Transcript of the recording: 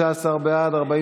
לפנינו לפחות עוד שבעה או שמונה